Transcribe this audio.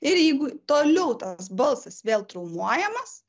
ir jeigu toliau tas balsas vėl traumuojamas